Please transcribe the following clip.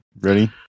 ready